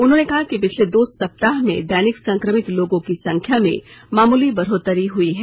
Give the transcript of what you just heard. उन्होंने कहा कि पिछले दो सप्ताह में दैनिक संक्रमित लोगों की संख्या में मामूली बढोतरी हुई है